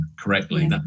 correctly